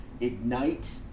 ignite